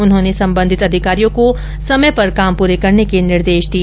उन्होंने संबंधित अधिकारियों को समय पर काम पूरे करने के निर्देश दिए